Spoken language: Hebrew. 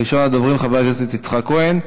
ראשון הדוברים, חבר הכנסת יצחק כהן.